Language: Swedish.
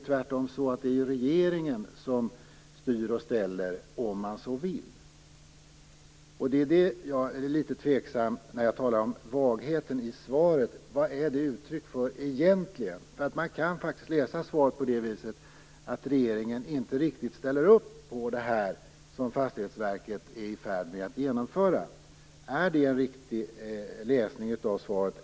Tvärtom styr och ställer regeringen, om den så vill. Jag är litet tveksam. När jag talar om vagheten i svaret undrar jag vad det egentligen är uttryck för. Man kan faktiskt läsa svaret som att regeringen inte riktigt ställer upp på det som Fastighetsverket är i färd med att genomföra. Är det en riktig läsning av svaret?